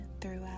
throughout